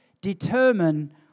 determine